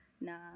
na